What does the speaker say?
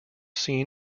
seen